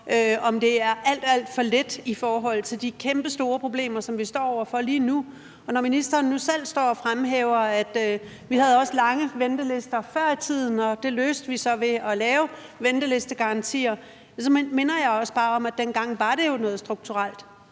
om det er alt, alt for lidt i forhold til de kæmpestore problemer, som vi står over for lige nu. Når ministeren nu selv står og fremhæver, at vi også havde lange ventelister før i tiden, og at vi løste det ved at lave ventelistegarantier, så minder jeg også bare om, at det jo dengang var noget strukturelt